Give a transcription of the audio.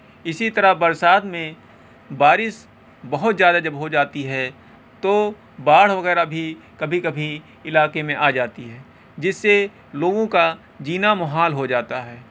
اسی طرح برسات میں بارش بہت زیادہ جب ہو جاتی ہے تو باڑھ وغیرہ بھی کبھی کبھی علاقے میں آ جاتی ہے جس سے لوگوں کا جینا محال ہو جاتا ہے